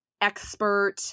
expert